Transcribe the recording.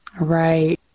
Right